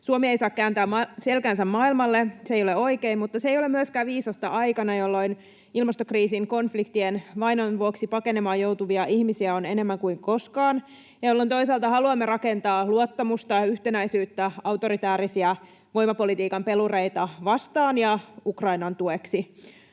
Suomi ei saa kääntää selkäänsä maailmalle. Se ei ole oikein, mutta se ei ole myöskään viisasta aikana, jolloin ilmastokriisin, konfliktien ja vainon vuoksi pakenemaan joutuvia ihmisiä on enemmän kuin koskaan ja jolloin toisaalta haluamme rakentaa luottamusta ja yhtenäisyyttä autoritaarisia voimapolitiikan pelureita vastaan ja Ukrainan tueksi.